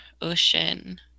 ocean